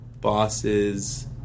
bosses